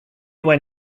when